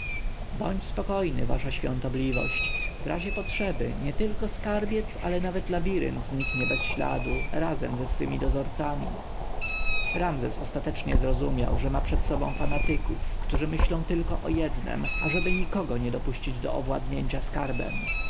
bądź spokojnym wasza świątobliwość w razie potrzeby nietylko skarbiec ale nawet labirynt zniknie bez śladu razem ze swymi dozorcami ramzes ostatecznie zrozumiał że ma przed sobą fanatyków którzy myślą tylko o jednem ażeby nikogo nie dopuścić do owładnięcia skarbem